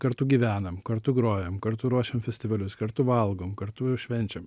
kartu gyvenam kartu grojam kartu ruošiam festivalius kartu valgom kartu švenčiam